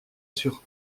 sur